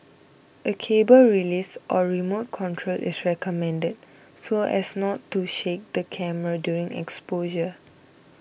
a cable release or remote control is recommended so as not to shake the camera during exposure